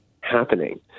happening